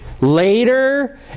later